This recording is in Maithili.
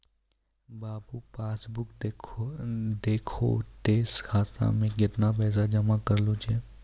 बाबू पास बुक देखहो तें खाता मे कैतना पैसा जमा करलो छै